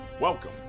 Welcome